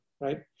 right